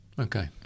Okay